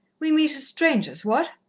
we meet as strangers, what?